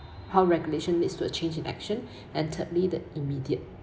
how regulation leads to a change in action and thirdly the immediate